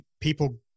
people